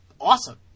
awesome